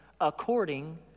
according